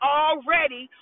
already